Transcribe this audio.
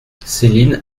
céline